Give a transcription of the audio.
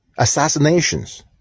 assassinations